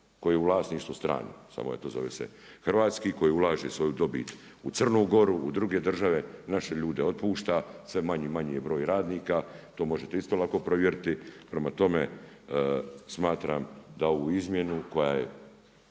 koji je u vlasništvu stranom, samo eto zove se hrvatski, koji ulaže svoju dobit u Crnu Goru, u druge države, naše ljude otpušta. Sve manji i manji je broj radnika. To možete isto lako provjeriti. Prema tome, smatram da ovu izmjenu koja je